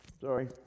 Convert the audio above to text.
Sorry